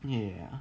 ya